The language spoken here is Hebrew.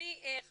יש לך